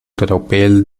tropel